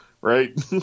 Right